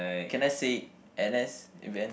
can I say n_s event